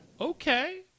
Okay